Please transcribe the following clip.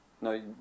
No